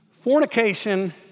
Fornication